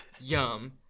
yum